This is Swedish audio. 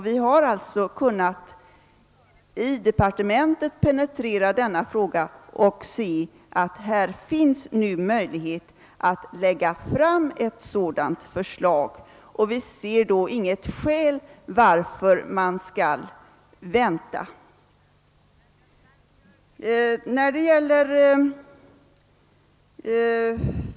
Vi har alltså kunnat penetrera denna fråga i departementet och se att det nu finns möjlighet att lägga fram ett sådant här förslag. Vi finner då inget skäl att vänta med det.